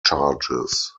charges